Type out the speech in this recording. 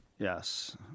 Yes